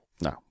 no